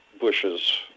bushes